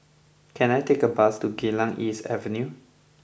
can I take a bus to Geylang East Avenue